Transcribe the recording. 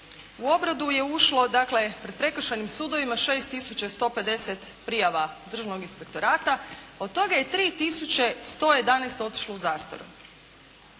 u obradu je ušlo dakle pred Prekršajnim sudovima 6 tisuća 150 prijava Državnog inspektorata, od toga je 3 tisuće 111 otišlo u zastaru.